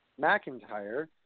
McIntyre